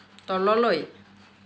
তললৈ